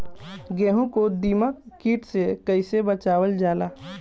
गेहूँ को दिमक किट से कइसे बचावल जाला?